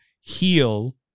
heal